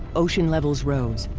ocean levels rose.